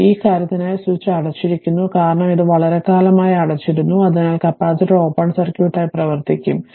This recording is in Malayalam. അതിനാൽ ഈ കാര്യത്തിനായി സ്വിച്ച് അടച്ചിരിക്കുന്നു കാരണം ഇത് വളരെക്കാലം അടച്ചിരുന്നു അതിനാൽ കപ്പാസിറ്റർ ഓപ്പൺ സർക്യൂട്ടായി പ്രവർത്തിക്കും